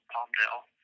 Palmdale